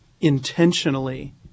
intentionally